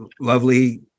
lovely